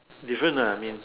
different lah I mean